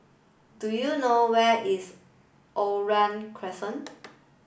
do you know where is Oriole Crescent